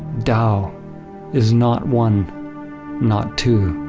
tao is not one not two.